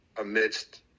amidst